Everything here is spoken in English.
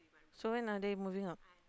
so when are they moving out